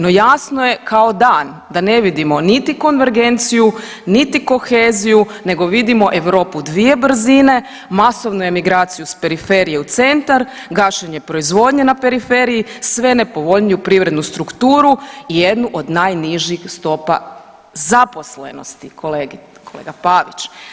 No jasno je kao dan da ne vidimo niti konvergenciju, niti koheziju nego vidimo Europu dvije brzine, masovnu emigraciju sa periferije u centar, gašenje proizvodnje na periferiji, sve nepovoljniju privrednu strukturu i jednu od najnižih stopa zaposlenosti kolega Pavić.